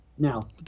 Now